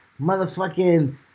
motherfucking